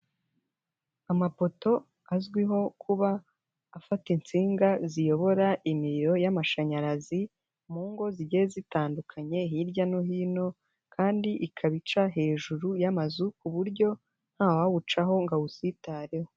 Amapoto azwiho kuba afata insinga ziyobora imiriro y'amashanyarazi mu ngo zigiye zitandukanye hirya no hino kandi ikaba ica hejuru y'amazu ku buryo ntawawucaho ngo awusitareho.